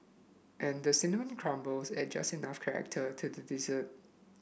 and the cinnamon crumble add just enough character to the dessert